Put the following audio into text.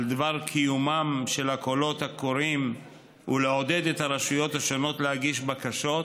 את דבר קיומם של הקולות הקוראים ולעודד את הרשויות השונות להגיש בקשות,